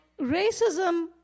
racism